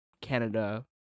Canada